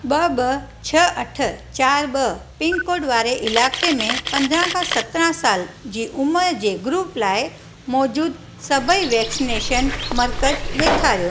ॿ ॿ छह अठ चारि ॿ पिनकोड वारे इलाइक़े में पंद्रहं खां सत्रहं साल जी उमिरि जे ग्रुप लाइ मौजूदु सभई वैक्सीनेशन मर्कज़ ॾेखारियो